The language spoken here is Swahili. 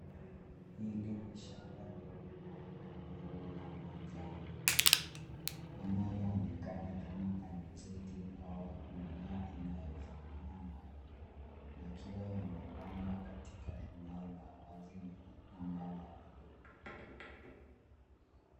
Hili ni shamba lenye maua mengi ya manjano yanayoonekana kama alizeti au mimea inayofanana nayo. Yakiwa yamepandwa katika eneo la wazi lenye anga ya bluu.